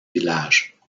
village